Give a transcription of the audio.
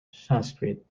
sanskrit